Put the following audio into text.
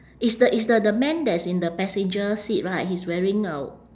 is the is the the man that's in the passenger seat right he's wearing a